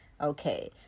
Okay